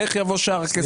איך יבוא שאר הכסף?